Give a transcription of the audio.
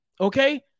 okay